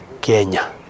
Kenya